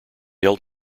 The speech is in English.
held